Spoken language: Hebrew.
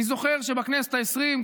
אני זוכר שבכנסת העשרים,